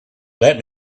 let